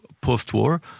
post-war